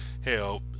Hell